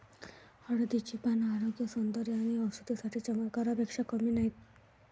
हळदीची पाने आरोग्य, सौंदर्य आणि औषधी साठी चमत्कारापेक्षा कमी नाहीत